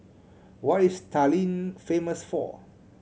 what is Tallinn famous for